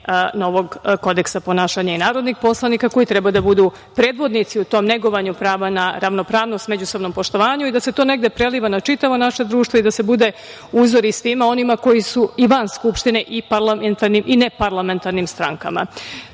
novog Kodeksa ponašanja narodnih poslanika, koji treba da budu predvodnici u tom negovanju prava na ravnopravnost, međusobnom poštovanju i da se to negde preliva na čitavo naše društvo i da se bude uzor i svima onima koji su i van Skupštine, parlamentarnim i